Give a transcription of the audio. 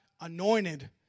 anointed